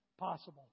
Possible